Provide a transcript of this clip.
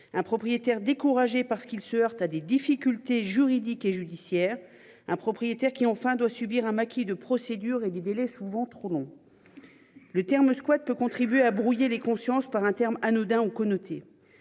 Un propriétaire découragé parce qu'il se heurte à des difficultés juridiques et judiciaires, un propriétaire qui enfin doit subir un maquis de procédures et des délais souvent trop long. Le terme peut contribuer à brouiller les consciences par un terme anodin on connoté.